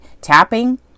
tapping